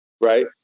Right